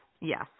Yes